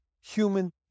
human